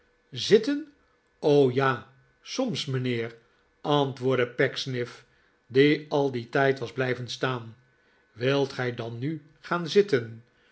ja soms mijnheer antwoordde pecksniff die al dien tijd was blijven staan wilt gij dan nu gaan zitten